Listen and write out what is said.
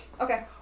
Okay